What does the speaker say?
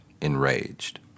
enraged